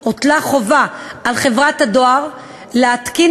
על כך הוטלה חובה על חברת הדואר להתקין